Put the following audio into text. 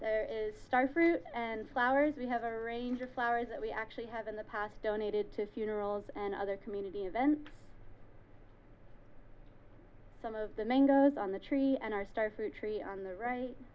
there is star fruit and flowers we have a range of flowers that we actually have in the past donated to a funeral and other community event some of the mangoes on the tree and our star fruit tree on the right